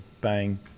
bang